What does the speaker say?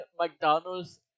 McDonald's